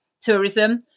tourism